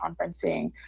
conferencing